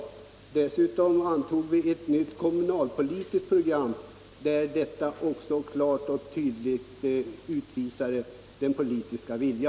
Dessutom antog vi ett nytt kommunalpolitiskt program som också klart och tydligt utvisar vår politiska vilja.